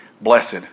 Blessed